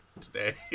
today